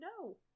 No